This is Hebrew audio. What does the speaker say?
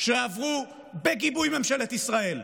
שעברו בגיבוי ממשלת ישראל,